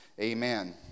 Amen